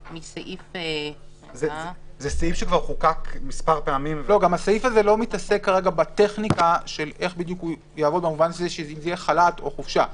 הסעיף לא מתעסק בטכניקה איך בדיוק הוא יעבוד אם בחל"ת או בחופשה.